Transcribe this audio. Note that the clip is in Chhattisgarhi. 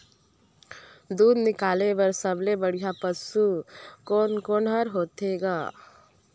दूध निकाले बर सबले बढ़िया पशु कोन कोन हर होथे ग?